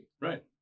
Right